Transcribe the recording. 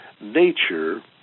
nature